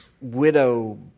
widow